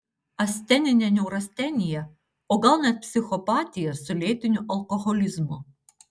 asteninė neurastenija o gal net psichopatija su lėtiniu alkoholizmu